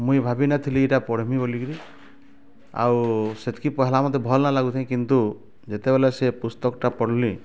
ମୁଇଁ ଭାବି ନ ଥିଲି ଏଇଟା ପଢ଼୍ମି ବୋଲିକିରି ଆଉ ସେତିକି ପଢ଼ିଲା ମୋତେ ଭଲ ନ ଲାଗୁଥାଏ କିନ୍ତୁ ଯେତେବେଳେ ସେ ପୁସ୍ତକଟା ପଢ଼୍ଲି